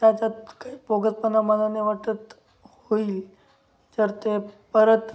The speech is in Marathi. त्याच्यात काही बोगसपणा मला नाही वाटत होईल तर ते परत